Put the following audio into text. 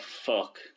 fuck